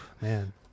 man